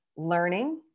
learning